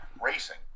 racing